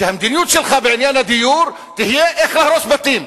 שהמדיניות שלך בעניין הדיור תהיה איך להרוס בתים.